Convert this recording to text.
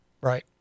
Right